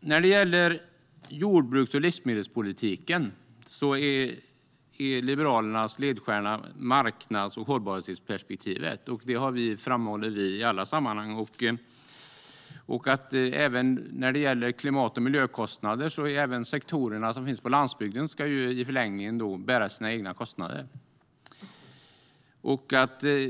När det gäller jordbruks och livsmedelspolitiken är Liberalernas ledstjärna marknads och hållbarhetsperspektivet, och det framhåller vi i alla sammanhang. När det gäller klimat och miljökostnader ska även de sektorer som finns på landsbygden i förlängningen bära sina egna kostnader. Och